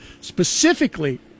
specifically